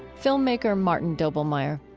filmmaker martin doblmeier